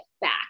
back